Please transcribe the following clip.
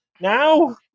now